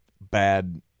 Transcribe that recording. bad